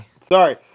sorry